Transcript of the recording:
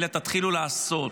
אלא תתחילו לעשות.